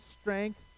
strength